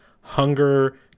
hunger